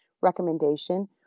recommendation